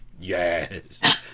yes